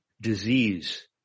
disease